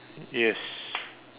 yes